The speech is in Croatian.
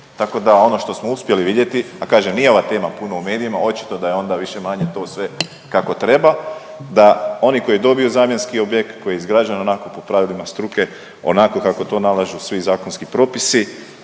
Tako da ono što smo uspjeli vidjeti, a kažem nije ova tema puno u medijima. Očito da je onda više-manje to sve kako treba, da oni koji dobiju zamjenski objekt, koji je izgrađen onako po pravilima struke, onako kako to nalažu svi zakonski propisi,